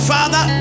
Father